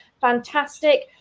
Fantastic